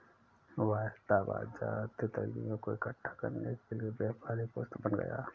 वायदा बाजार तितलियों को इकट्ठा करने के लिए व्यापारिक वस्तु बन गया